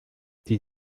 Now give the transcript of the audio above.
die